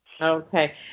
Okay